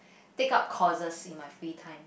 take up courses in my free time